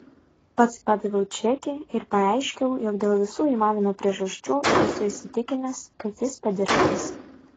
pats padaviau čekį ir pareiškiau jog dėl visų įmanomų priežasčių esu įsitikinęs kad jis padirbtas